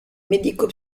médico